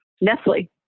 Nestle